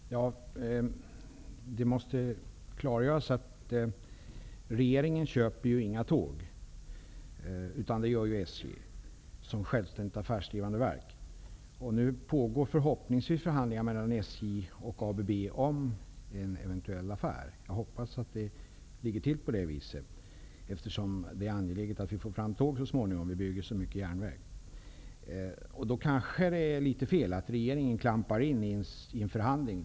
Herr talman! Det måste klargöras att regeringen inte köper några tåg, utan det gör SJ som självständigt affärsdrivande verk. Nu pågår förhandlingar mellan SJ och ABB om en eventuell affär. Det hoppas jag, eftersom det är angeläget att vi så småningom får fram tåg till alla järnvägar som byggs. Då kanske det är litet fel att regeringen klampar in i en förhandling.